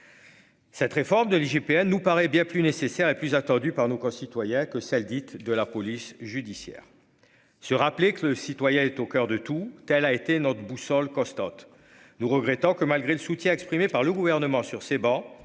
Cette réforme de l'IGPN nous paraît bien plus nécessaire et plus attendues par nos concitoyens que celle dite de la police judiciaire. Se rappeler que le citoyen est au coeur de tout, telle a été notre boussole costaude nous regrettant que malgré le soutien exprimé par le gouvernement sur ces bancs,